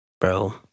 Bro